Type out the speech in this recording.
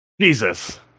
Jesus